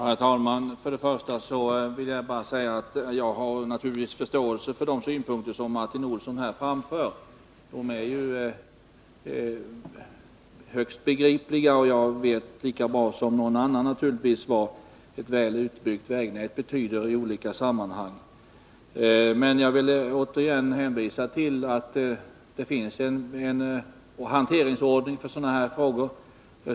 Herr talman! Jag har naturligtvis förståelse för de synpunkter som Martin Olsson framför. Jag vet lika bra som någon annan vad ett väl utbyggt vägnät betyder i olika hänseenden. Men jag vill återigen hänvisa till att det finns en hanteringsordning för sådana här frågor.